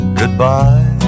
goodbye